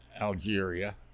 Algeria